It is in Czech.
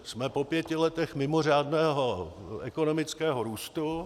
Jsme po pěti letech mimořádného ekonomického růstu.